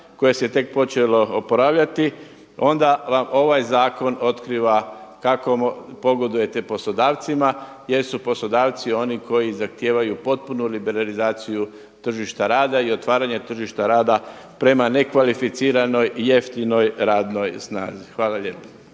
koje se tek počelo oporavljati onda vam ovaj zakon otkriva kako pogodujete poslodavcima jer su poslodavci oni koji zahtijevaju potpunu liberalizaciju tržišta rada i otvaranje tržišta rada prema nekvalificiranoj, jeftinoj radnoj snazi. Hvala lijepa.